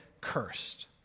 cursed